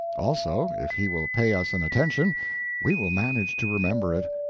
also, if he will pay us an attention we will manage to remember it.